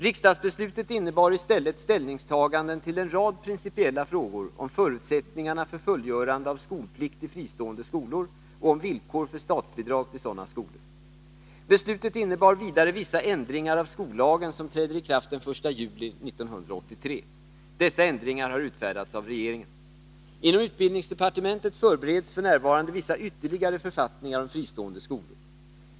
Riksdagsbeslutet innebar i stället ställningstaganden till en rad principiella frågor om förutsättningarna för fullgörande av skolplikt i fristående skolor och om villkor för statsbidrag till sådana skolor. Beslutet innebar vidare vissa ändringar av skollagen som träder i kraft den 1 juli 1983. Dessa ändringar har utfärdats av regeringen. Inom utbildningsdepartementet förbereds f. n. vissa ytterligare författningar om fristående skolor.